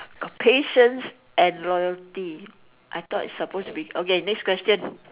patience and loyalty I thought it's supposed to be okay next question